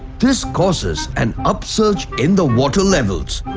this causes an upsurge in the water levels.